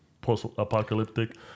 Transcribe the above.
Post-apocalyptic